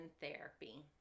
therapy